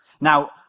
Now